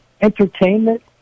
entertainment